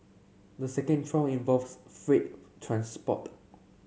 the second trial involves freight transport